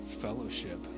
fellowship